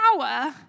power